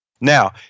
Now